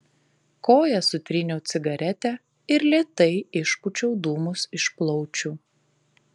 koja sutryniau cigaretę ir lėtai išpūčiau dūmus iš plaučių